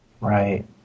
Right